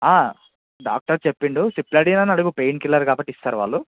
doctor చెప్పిండు సిప్లడిన్ అని అడుగు పెయిన్కిల్లర్ కాబట్టి ఇస్తారు వాళ్ళు